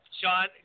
Sean